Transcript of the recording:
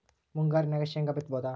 ಮುಂಗಾರಿನಾಗ ಶೇಂಗಾ ಬಿತ್ತಬಹುದಾ?